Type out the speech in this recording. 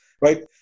right